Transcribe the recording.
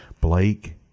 Blake